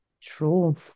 true